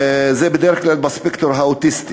זה בדרך כלל בספקטרום האוטיסטי.